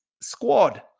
squad